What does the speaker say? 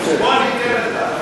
בוא ואני אתן לך.